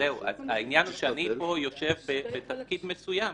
אז זהו, העניין הוא שאני יושב פה בתפקיד מסוים.